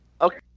Okay